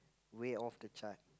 way off the chart